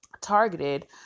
targeted